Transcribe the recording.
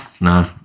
No